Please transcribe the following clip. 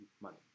money